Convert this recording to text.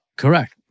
Correct